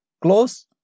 close